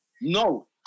No